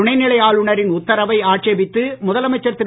துணைநிலை ஆளுநரின் உத்தரவை ஆட்சேபித்து முதலமைச்சர் திரு